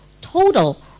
Total